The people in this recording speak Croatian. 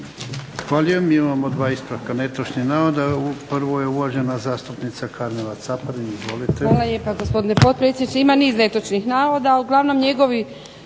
Hvala vam